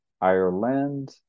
Ireland